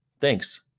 Thanks